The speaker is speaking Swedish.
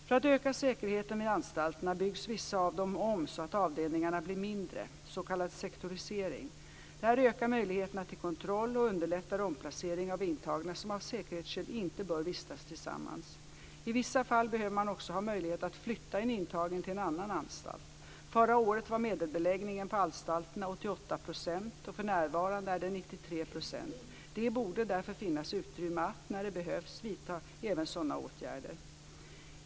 För att öka säkerheten vid anstalterna byggs vissa av dem om så att avdelningarna blir mindre, s.k. sektorisering. Detta ökar möjligheterna till kontroll och underlättar omplacering av intagna som av säkerhetsskäl inte bör vistas tillsammans. I vissa fall behöver man också ha möjlighet att flytta en intagen till en annan anstalt. Förra året var medelbeläggningen på anstalterna 88 % och för närvarande är den 93 %. Det borde därför finnas utrymme att när det behövs vidta även sådana åtgärder.